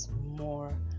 more